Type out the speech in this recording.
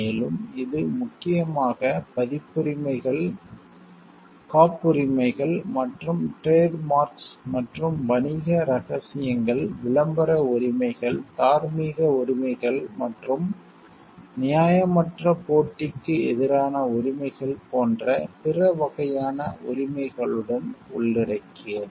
மேலும் இது முக்கியமாக பதிப்புரிமைகள் காபிரைட்ஸ் காப்புரிமைகள் பேட்டண்ட் மற்றும் டிரேட் மார்க்ஸ் மற்றும் வணிக ரகசியங்கள் விளம்பர உரிமைகள் தார்மீக உரிமைகள் மற்றும் நியாயமற்ற போட்டிக்கு எதிரான உரிமைகள் போன்ற பிற வகையான உரிமைகளுடன் உள்ளடக்கியது